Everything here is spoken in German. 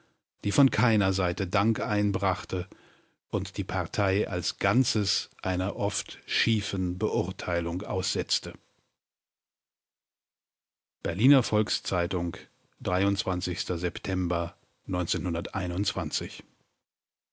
die von keiner seite dank einbrachte und die partei als ganzes einer oft schiefen beurteilung aussetzte berliner volks-zeitung